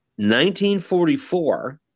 1944